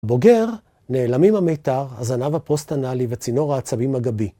בוגר, נעלמים המיתר, הזנב הפוסט אנלי וצינור העצבים הגבי.